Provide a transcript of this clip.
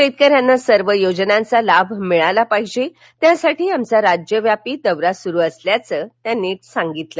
शेतक यांना सर्व योजनांचा लाभ मिळाला पाहिजे त्यासाठी आमचा राज्यव्यापी दौरा सुरू असल्याचं त्यांनी सांगितलं